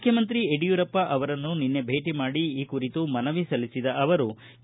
ಮುಖ್ಯಮಂತ್ರಿ ಯಡಿಯೂರಪ್ಪ ಅವರನ್ನು ನಿನ್ನೆ ಭೇಟಿ ಮಾಡಿ ಈ ಕುರಿತು ಮನವಿ ಸಲ್ಲಿಸಿದ ಅವರು ಕೆ